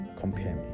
Compare